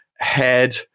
Head